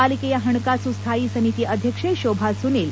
ಪಾಲಿಕೆಯ ಪಣಕಾಸು ಸ್ಥಾಯಿ ಸಮಿತಿ ಅಧ್ಯಕ್ಷೆ ಶೋಭಾ ಸುನೀಲ್